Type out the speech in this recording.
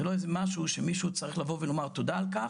זה לא איזה משהו שמישהו צריך לבוא ולומר תודה על כך,